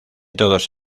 todos